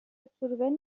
absorbent